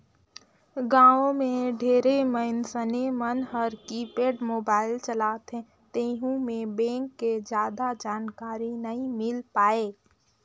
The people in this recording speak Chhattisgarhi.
गांव मे ढेरे मइनसे मन हर कीपेड मोबाईल चलाथे तेहू मे बेंक के जादा जानकारी नइ मिल पाये